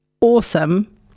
awesome